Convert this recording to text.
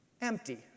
empty